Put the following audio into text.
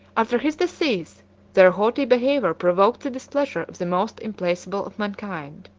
after his decease their haughty behavior provoked the displeasure of the most implacable of mankind.